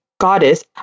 goddess